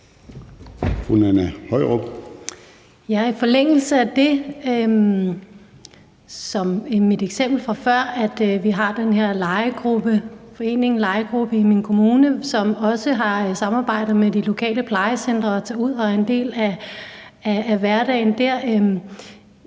I forlængelse af det – som i mit eksempel fra før – kan jeg sige, at vi har den her forening, en legegruppe, i min kommune, som også har et samarbejde med de lokale plejecentre og tager ud og er en del af hverdagen der.